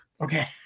okay